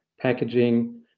packaging